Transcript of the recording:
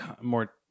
more